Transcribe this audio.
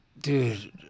Dude